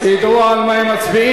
ידעו על מה הם מצביעים,